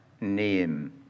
name